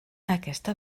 aquesta